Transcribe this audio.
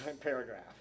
paragraph